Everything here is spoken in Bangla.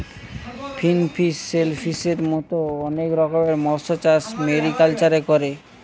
ফিনফিশ, শেলফিসের মত অনেক রকমের মৎস্যচাষ মেরিকালচারে করে